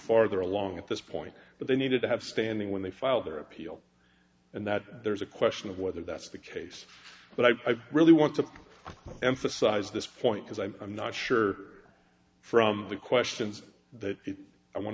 farther along at this point that they needed to have standing when they file their appeal and that there's a question of whether that's the case but i really want to emphasize this point because i'm not sure from the questions that i want